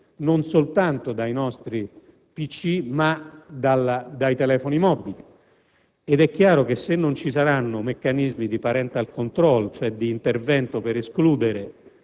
non soltanto dai nostri PC, ma dai telefoni mobili. Se non ci saranno meccanismi di *parental control*, ossia di intervento per escludere